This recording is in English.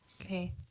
Okay